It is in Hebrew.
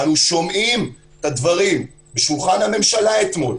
אנו שומעים את הדברים בשולחן הממשלה אתמול,